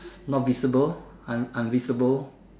not visible un~ unvisible